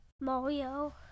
Mario